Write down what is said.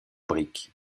briques